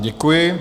Děkuji.